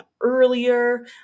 earlier